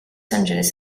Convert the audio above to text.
angeles